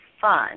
fun